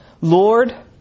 Lord